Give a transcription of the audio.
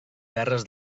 terres